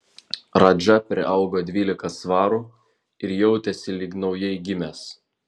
radža priaugo dvylika svarų ir jautėsi lyg naujai gimęs